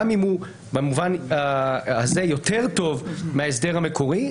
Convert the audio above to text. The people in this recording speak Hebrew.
גם אם הוא במובן הזה יותר טוב מההסדר המקורי,